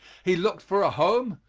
he looked for a home,